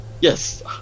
Yes